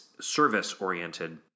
service-oriented